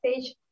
stage